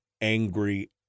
angry